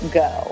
go